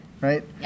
right